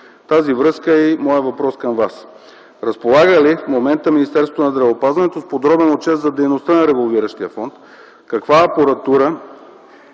с това е и моят въпрос към Вас – разполага ли в момента Министерството на здравеопазването с подробен отчет за дейността на револвиращия фонд, каква апаратура